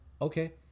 okay